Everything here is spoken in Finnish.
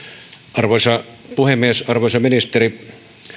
arvoisa puhemies arvoisa ministeri